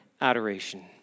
adoration